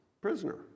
prisoner